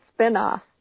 spinoff